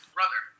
Brother